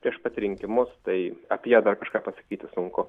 prieš pat rinkimus tai apie ją dar kažką pasakyti sunku